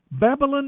Babylon